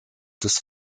des